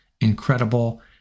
incredible